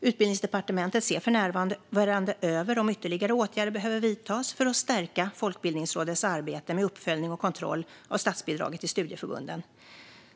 Utbildningsdepartementet ser för närvarande över om ytterligare åtgärder behöver vidtas för att stärka Folkbildningsrådets arbete med uppföljning och kontroll av statsbidraget till studieförbunden.